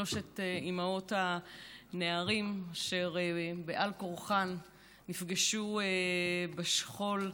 שלוש האימהות הנערים, אשר בעל כורחן נפגשו בשכול,